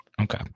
Okay